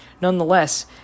Nonetheless